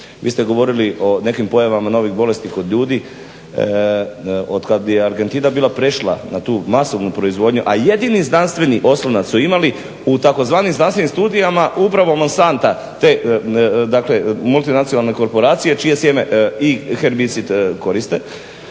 Vi ste govorili o nekim pojavama novih bolesti kod ljudi. Otkad je Argentina bila prešla na tu masovnu proizvodnju, a jedini znanstveni oslonac su imali u tzv. znanstvenim studijama … dakle multinacionalne korporacije čije sjeme i herbicid koriste,